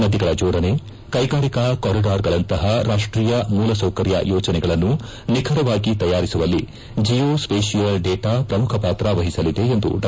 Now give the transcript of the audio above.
ನದಿಗಳ ಜೋಡಣೆ ಕೈಗಾರಿಕಾ ಕಾರಿಡಾರ್ಗಳಂತಹ ರಾಷ್ಷೀಯ ಮೂಲ ಸೌಕರ್ಯ ಯೋಜನೆಗಳನ್ನು ನಿಖರವಾಗಿ ತಯಾರಿಸುವಲ್ಲಿ ಜೀಯೋ ಸ್ವೇತಿಯಲ್ ಡೆಟಾ ಪ್ರಮುಖ ಪಾತ್ರ ವಹಿಸಲಿದೆ ಎಂದು ಡಾ